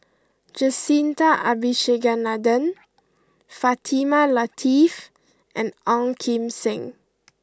Jacintha Abisheganaden Fatimah Lateef and Ong Kim Seng